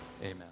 amen